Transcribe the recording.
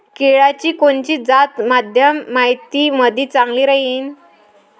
केळाची कोनची जात मध्यम मातीमंदी चांगली राहिन?